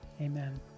Amen